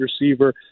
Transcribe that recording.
receiver